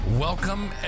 Welcome